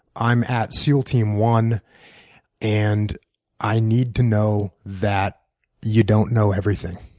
i'm at seal team one and i need to know that you don't know everything.